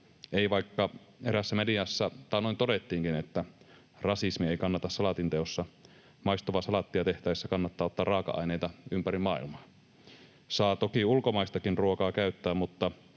ei, vaikka eräässä mediassa taannoin todettiinkin, että rasismi ei kannata salaatinteossa, maistuvaa salaattia tehtäessä kannattaa ottaa raaka-aineita ympäri maailmaa. Saa toki ulkomaistakin ruokaa käyttää, mutta